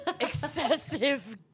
Excessive